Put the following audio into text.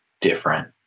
different